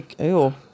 Ew